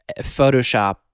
Photoshop